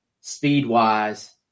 speed-wise